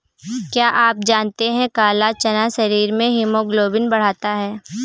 क्या आप जानते है काला चना शरीर में हीमोग्लोबिन बढ़ाता है?